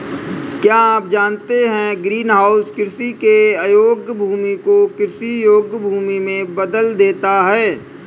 क्या आप जानते है ग्रीनहाउस कृषि के अयोग्य भूमि को कृषि योग्य भूमि में बदल देता है?